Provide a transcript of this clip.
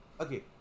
okay